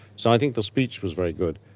so i think the speech was very good.